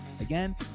Again